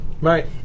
Right